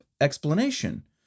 explanation